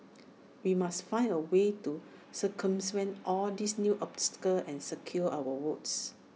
we must find A way to circumvent all these new obstacles and secure our votes